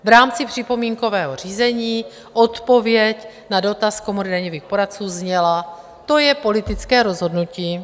V rámci připomínkového řízení odpověď na dotaz Komory daňových poradců zněla: To je politické rozhodnutí.